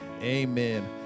Amen